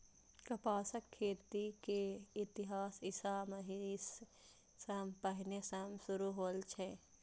कपासक खेती के इतिहास ईशा मसीह सं पहिने सं शुरू होइ छै